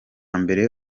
mbere